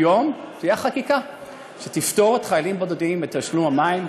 היום תהיה חקיקה שתפטור את החיילים הבודדים מתשלום המים,